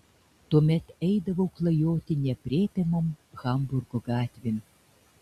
tuomet eidavau klajoti neaprėpiamom hamburgo gatvėm